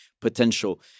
potential